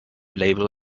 label